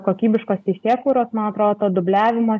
kokybiškos teisėkūros man atrodo to dubliavimo